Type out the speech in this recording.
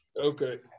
Okay